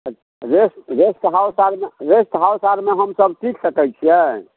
तऽ rest rest house आरमे rest house आरमे हमसब टीकि सकै छियै